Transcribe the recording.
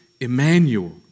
Emmanuel